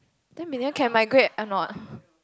ten million can migrate or not